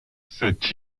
cette